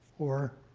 or